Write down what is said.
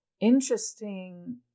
interesting